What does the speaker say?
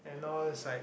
and all is like